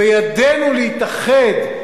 בידינו להתאחד,